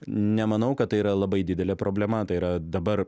nemanau kad tai yra labai didelė problema tai yra dabar